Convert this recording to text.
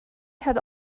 had